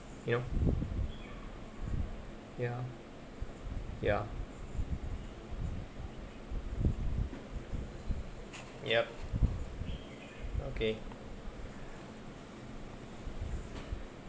you know ya ya yup okay